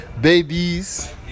babies